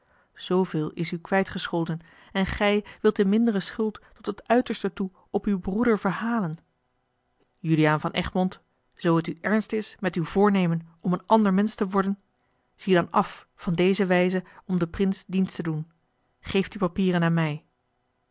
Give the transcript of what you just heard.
zooveel is u kwijtgescholden en gij wilt de mindere schuld tot het uiterste toe op uw broeder verhalen juliaan van egmond zoo het uw ernst is met uw voornemen om een ander mensch te worden zie dan af van deze wijze om den prins dienst te doen geef die papieren aan mij